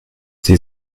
sie